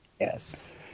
Yes